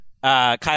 Kyle